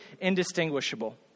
indistinguishable